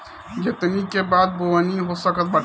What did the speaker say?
जोतनी के बादे बोअनी हो सकत बाटे